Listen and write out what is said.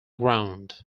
ground